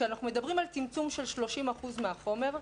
כשאנחנו מדברים על צמצום של 30% מהחומר,